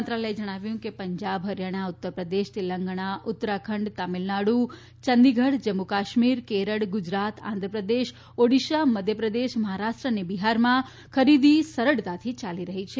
મંત્રાલયે જણાવ્યું કે પંજાબ હરિયાણા ઉત્તરપ્રદેશ તેલંગાણા ઉત્તરાખંડ તમિલનાડુ ચંદીગઢ જમ્મુ કાશ્મીર કેરળ ગુજરાત આંધ્રપ્રદેશ ઓડિશા મધ્યપ્રદેશ મહારાષ્ટ્ર અને બિહારમાં ખરીદી સરળતાથી ચાલી રઠી છે